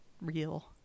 real